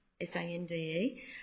S-A-N-D-E